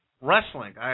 wrestling